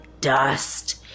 dust